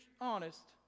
honest